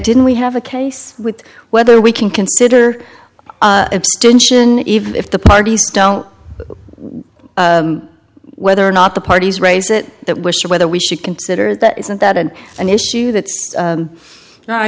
didn't we have a case with whether we can consider even if the parties don't whether or not the parties raise it that wish or whether we should consider that isn't that an an issue that you know i